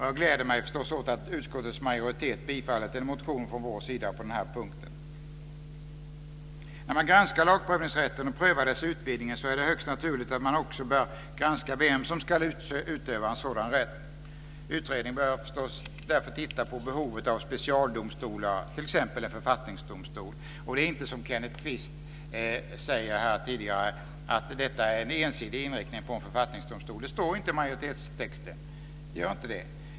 Jag gläder mig förstås åt att utskottets majoritet tillstyrkt en motion från vår sida på den här punkten. När man granskar lagprövningsrätten och prövar dess utvidgning är det högst naturligt att man också bör granska vem som ska utöva en sådan rätt. Utredningen bör förstås därför titta på behovet av specialdomstolar, t.ex. en författningsdomstol. Det är inte så, som Kenneth Kvist säger, att detta är en ensidig inriktning på en författningsdomstol. Det står inte i majoritetstexten.